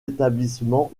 établissements